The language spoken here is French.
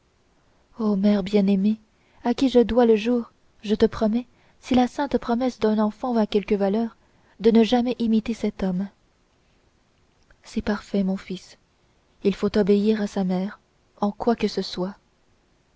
o mère bien-aimée à qui je dois le jour je te promets si la sainte promesse d'un enfant a quelque valeur de ne jamais imiter cet homme c'est parfait mon fils il faut obéir à sa mère en quoi que ce soit